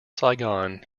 saigon